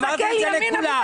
אמרתי את זה לכולם.